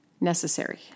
necessary